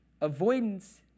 Avoidance